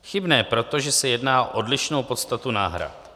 Chybné proto, že se jedná o odlišnou podstatu náhrad.